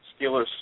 Steelers